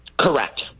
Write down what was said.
Correct